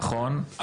נכון,